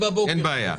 אין בעיה.